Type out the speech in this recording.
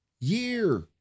year